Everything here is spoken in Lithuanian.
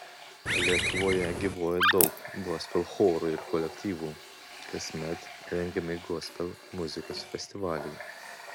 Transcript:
lietuvoje gyvuoja daug gospel chorų ir kolektyvų kasmet rengiami gospel muzikos festivaliai